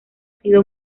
sido